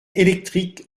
électrique